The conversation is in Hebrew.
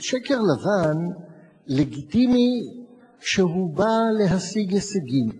אבל שקר לבן לגיטימי כשהוא בא להשיג הישגים,